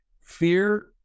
Fear